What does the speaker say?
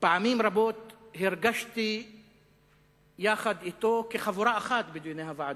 פעמים רבות הרגשתי יחד אתו כחבורה אחת בדיוני הוועדות.